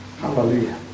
Hallelujah